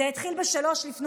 זה התחיל ב-03:00.